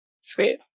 Sweet